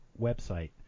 website